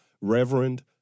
Reverend